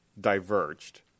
diverged